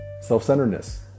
self-centeredness